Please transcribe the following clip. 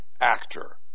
actor